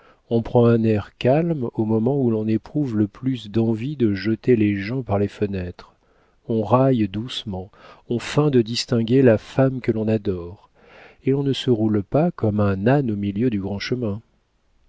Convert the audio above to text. on prend un air calme au moment où l'on éprouve le plus d'envie de jeter les gens par les fenêtres on raille doucement on feint de distinguer la femme que l'on adore et l'on ne se roule pas comme un âne au milieu du grand chemin